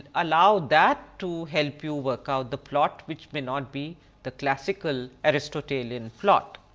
allow that to help you work out the plot which may not be the classical aristotelian plot.